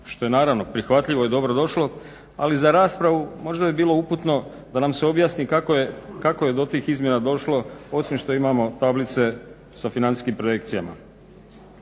što je naravno prihvatljivo i dobrodošlo ali za raspravu možda bi bilo uputno da nam se objasni kako je do tih izmjena došlo osim što imamo tablice sa financijskim projekcijama.